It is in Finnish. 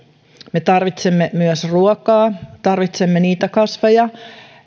me tarvitsemme myös ruokaa tarvitsemme niitä kasveja